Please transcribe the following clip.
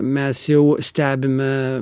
mes jau stebime